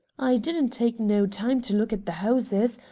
i didn't take no time to look at the houses.